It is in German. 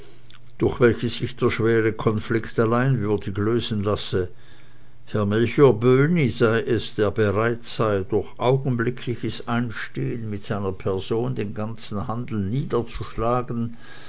durch welches sich der schwere konflikt allein würdig lösen lasse herr melchior böhni sei es der bereit sei durch augenblickliches einstehen mit seiner person den ganzen handel niederzuschlagen